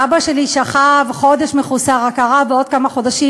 ואבא שלי שכב חודש מחוסר הכרה, ועוד כמה חודשים.